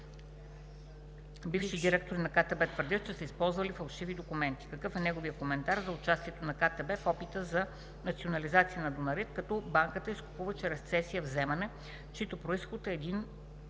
бивши директори в КТБ твърдят, че са използвали фалшиви документи? Какъв е неговият коментар за участието на КТБ в опита за национализация на „Дунарит“, като банката изкупува чрез цесия вземане, чийто произход е една